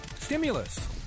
Stimulus